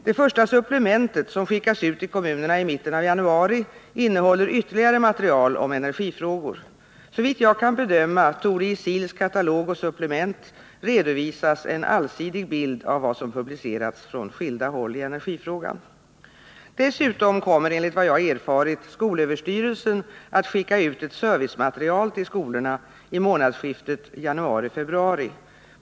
Det första supplementet, som skickas ut till kommunerna i mitten av januari, innehåller ytterligare material om energifrågor. Såvitt jag kan bedöma torde i SIL:s katalog och supplement redovisas en allsidig bild av vad som publicerats från skilda håll i energifrågan. Dessutom kommer enligt vad jag erfarit skolöverstyrelsen att skicka ut ett servicematerial till skolorna i månadsskiftet januari-februari.